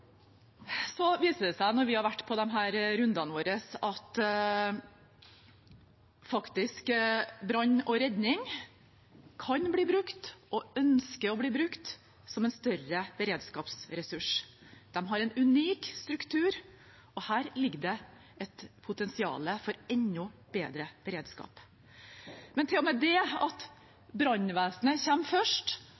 vært på disse rundene våre, at brann og redning faktisk kan bli brukt og ønsker å bli brukt som en større beredskapsressurs. De har en unik struktur, og her ligger det et potensial for enda bedre beredskap. Men til og med det at